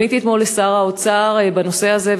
פניתי אתמול לשר האוצר בנושא הזה,